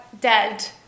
dead